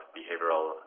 behavioral